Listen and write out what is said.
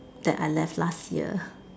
that I left last year